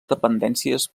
dependències